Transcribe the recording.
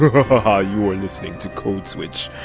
but you are listening to code switch